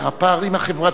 הפערים החברתיים,